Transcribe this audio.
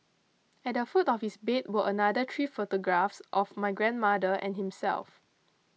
at the foot of his bed were another three photographs of my grandmother and himself